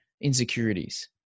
insecurities